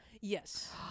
Yes